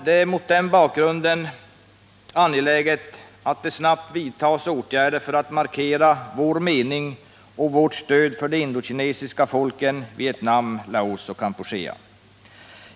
Det är mot denna bakgrund angeläget att vi snabbt vidtar åtgärder för att markera vår mening och vårt stöd för de indokinesiska folken i Vietnam, Laos och Kampuchea.